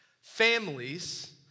Families